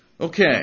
Okay